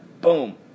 boom